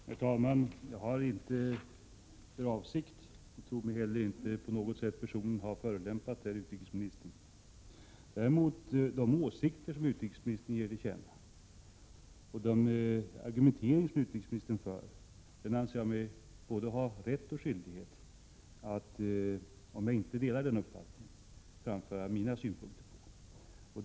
Herr talman! Jag har inte för avsikt att förolämpa och tror mig heller inte på något sätt ha förolämpat herr utrikesministern personligen. Däremot anser jag mig ha både rätt och skyldighet att — om jag inte delar utrikesministerns uppfattning — framföra mina synpunkter på de åsikter som utrikesministern ger till känna och den argumentering som utrikesministern Prot. 1987/88:108 för.